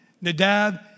Nadab